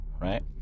right